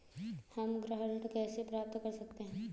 हम गृह ऋण कैसे प्राप्त कर सकते हैं?